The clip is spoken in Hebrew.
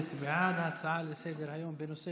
ההצעה להעביר את הנושא